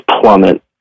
plummet